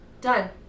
Done